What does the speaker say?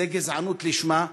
זאת גזענות לשמה.